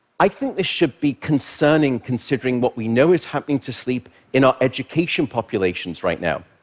i think this should be concerning, considering what we know is happening to sleep in our education populations right now.